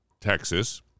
Texas